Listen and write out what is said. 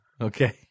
okay